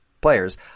players